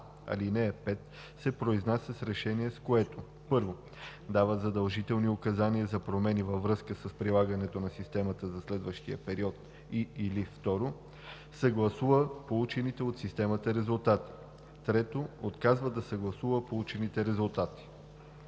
ал. 5 се произнася с решение, с което: 1. дава задължителни указания за промени във връзка с прилагането на системата за следващия период, и/или 2. съгласува получените от системата резултати; 3. отказва да съгласува получените резултати.“